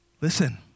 Listen